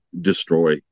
destroy